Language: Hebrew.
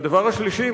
והדבר השלישי,